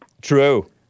True